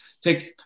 take